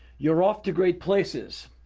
you're off to great places!